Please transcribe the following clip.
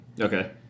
Okay